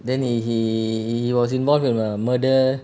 then he he he was involved in a murder